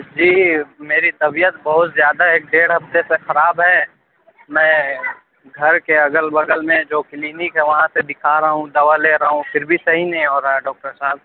جی میری طبیعت بہت زیادہ ایک ڈیڑھ ہفتے سے خراب ہے میں گھر کے اغل بغل میں جو کلینک ہے وہاں سے دکھا رہا ہوں دوا لے رہا ہوں پھر بھی صحیح نہیں ہو رہا ہے ڈاکٹر صاحب